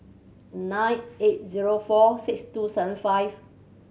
nine eight zero four six two seven five